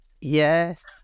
yes